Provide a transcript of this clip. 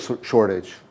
shortage